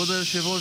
כבוד היושב-ראש,